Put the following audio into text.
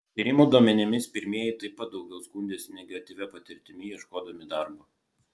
tyrimų duomenimis pirmieji taip pat daugiau skundėsi negatyvia patirtimi ieškodami darbo